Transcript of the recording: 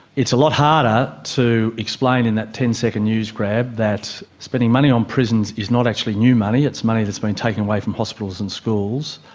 it's a lot harder to explain in that ten second news grab that spending money on prisons is not actually new money, it's money that's been taken away from hospitals and schools,